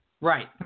Right